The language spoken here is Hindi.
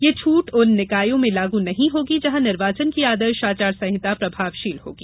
ये छूट उन निकायों में लागू नहीं होगी जहाँ निर्वाचन की आदर्श आचरण संहिता प्रभावशील होगी